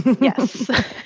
Yes